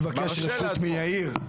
בלי לבקש רשות מיאיר.